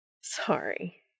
Sorry